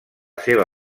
seva